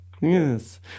Yes